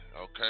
okay